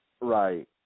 Right